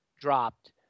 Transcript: dropped